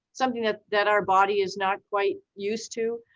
something that that our body is not quite used to.